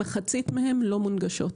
מחצית מהן לא מונגשות.